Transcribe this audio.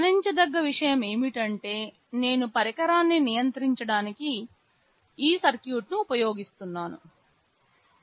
గమనించదగ్గ విషయం ఏమిటంటే నేను పరికరాన్ని నియంత్రించడానికి ఈ సర్క్యూట్ను ఉపయోగిస్తాను